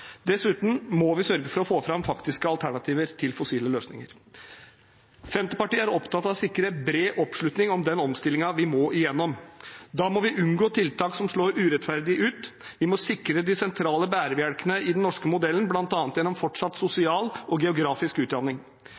Dessuten må vi sørge for å få fram faktiske alternativer til fossile løsninger. Senterpartiet er opptatt av å sikre bred oppslutning om den omstillingen vi må gjennom. Da må vi unngå tiltak som slår urettferdig ut. Vi må sikre de sentrale bærebjelkene i den norske modellen, bl.a. gjennom fortsatt sosial og geografisk utjamning.